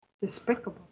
Despicable